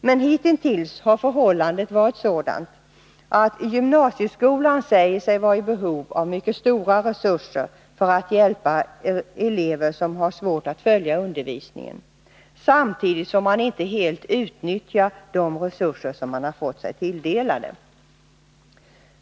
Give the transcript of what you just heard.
Men hitintills har förhållandet varit sådant, att gymnasieskolan sägs vara i behov av mycket stora resurser för att kunna hjälpa elever som har svårt att följa undervisningen, samtidigt som man inte helt utnyttjar de resurser man fått sig tilldelade.